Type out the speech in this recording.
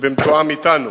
שבמתואם אתנו